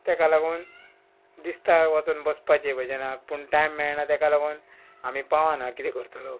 तेका लागून दिसता वचून बसपाचें भजनाक पूण टायम मेळना तेका लागून आमी पावना किदें करतलो